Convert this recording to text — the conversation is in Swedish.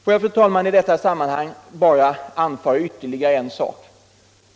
Får jag, fru talman, i detta sammanhang bara anföra vtterligare en sak.